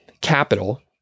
capital